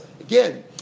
again